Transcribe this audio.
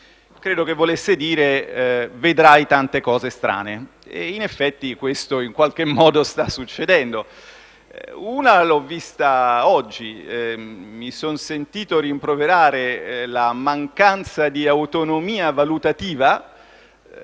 Credo che volesse dirmi che avrei visto tante cose strane. In effetti, questo, in qualche modo, sta succedendo. Una l'ho vista oggi, quando mi sono sentito rimproverare la mancanza di autonomia valutativa